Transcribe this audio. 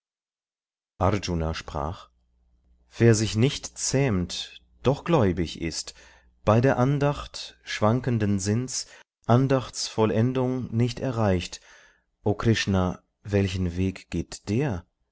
arjuna sprach wer sich nicht zähmt doch gläubig ist bei der andacht schwankenden sinns andachtsvollendung nicht erreicht o krishna welchen weg geht der